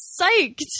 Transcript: psyched